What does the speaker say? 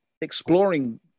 exploring